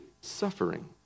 suffering